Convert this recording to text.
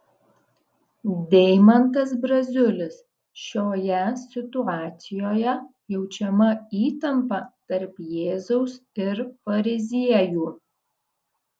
deimantas braziulis šioje situacijoje jaučiama įtampa tarp jėzaus ir fariziejų